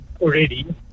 already